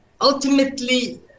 ultimately